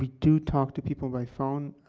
do talk to people by phone.